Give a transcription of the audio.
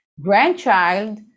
Grandchild